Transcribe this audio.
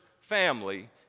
family